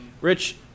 Rich